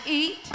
eat